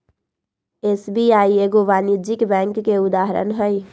SBI एगो वाणिज्यिक bank के उदाहरण हइ